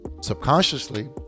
Subconsciously